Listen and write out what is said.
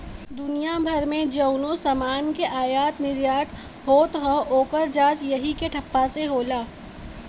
दुनिया भर मे जउनो समान के आयात निर्याट होत हौ, ओकर जांच यही के ठप्पा से होला